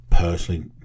personally